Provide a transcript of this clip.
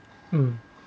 mm